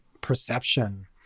perception